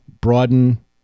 broaden